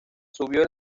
subió